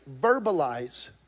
Verbalize